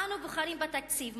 אנו בוחרים בתקציב,